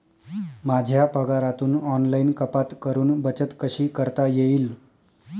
माझ्या पगारातून ऑनलाइन कपात करुन बचत कशी करता येईल?